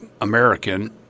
American—